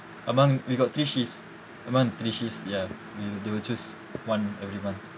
among we got three shifts among three shifts ya we they will choose one every month